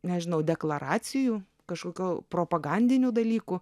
nežinau deklaracijų kažkokių propagandinių dalykų